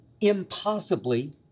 impossibly